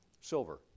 silver